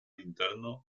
interno